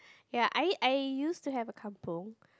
ya I I used to have a kampung